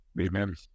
Amen